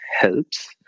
helps